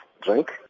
drink